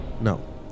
No